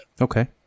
Okay